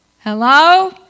Hello